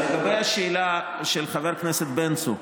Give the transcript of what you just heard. לגבי השאלה של חבר הכנסת בן צור,